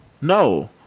No